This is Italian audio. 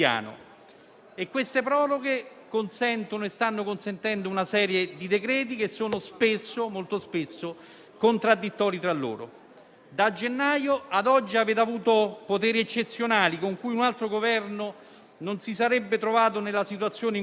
Avete utilizzato tutti i poteri concessi dallo stato di emergenza per porre divieti, restrizioni e non per combattere il virus con le armi con cui andava combattuto e, cioè, con il miglioramento del Sistema sanitario nazionale.